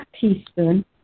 teaspoon